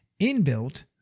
inbuilt